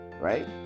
right